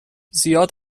زیاد